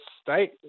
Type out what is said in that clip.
state